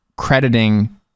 crediting